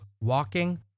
walking